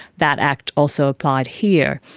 that act also applied here.